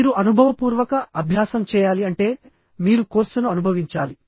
మీరు అనుభవపూర్వక అభ్యాసం చేయాలి అంటే మీరు కోర్సును అనుభవించాలి